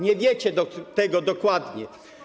Nie wiecie tego dokładnie.